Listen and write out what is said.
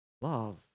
love